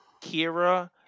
Kira